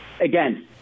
again